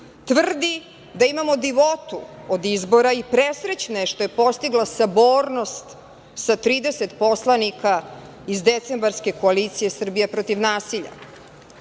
Tvrdi da imamo divotu od izbora i presrećne što je postigla sabornost sa 30 poslanika iz decembarske koalicije „Srbija protiv nasilja“?Nas